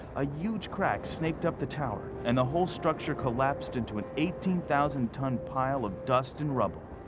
a huge crack snaked up the tower and the whole structure collapse into an eighteen thousand ton pile of dust and rubble.